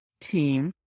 team